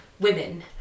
women